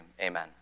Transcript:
amen